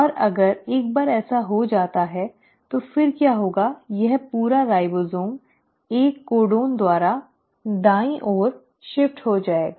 और अगर एक बार ऐसा हो जाता है तो फिर क्या होगा यह पूरा राइबोसोम एक कोडन द्वारा दाईं ओर स्थानांतरित हो जाएगा